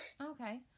okay